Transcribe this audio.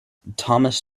thomas